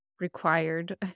required